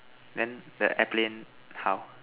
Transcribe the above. then the airplane how